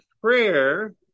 prayer